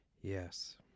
yes